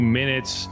minutes